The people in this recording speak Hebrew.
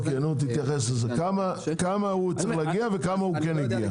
כמה הוא צריך להגיע וכמה הגיע?